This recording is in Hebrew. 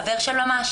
חבר של ממש,